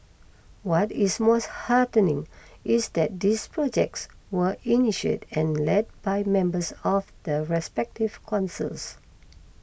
what is most heartening is that these projects were initiated and led by members of the respective councils